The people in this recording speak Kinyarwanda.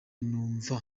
numva